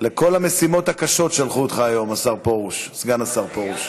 לכל המשימות הקשות שלחו אותך היום, סגן השר פרוש.